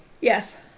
Yes